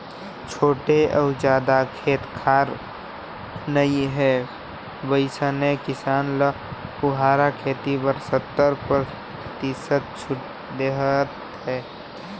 छोटे अउ जादा खेत खार नइ हे वइसने किसान ल फुहारा खेती बर सत्तर परतिसत छूट देहत हे